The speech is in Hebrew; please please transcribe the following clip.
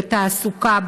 בתעסוקה,